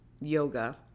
yoga